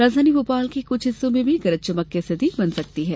राजधानी भोपाल के कुछ हिस्सों में भी गरज चमक की स्थिति बन सकती है